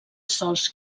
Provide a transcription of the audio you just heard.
sòls